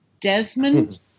Desmond